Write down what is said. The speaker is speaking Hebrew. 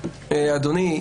אדוני,